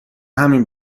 همین